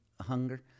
hunger